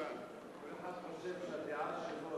כל אחד חושב שהדעה שלו,